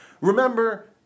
Remember